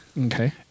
Okay